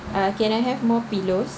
ah can I have more pillows